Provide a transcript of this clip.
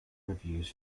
reviews